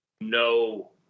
no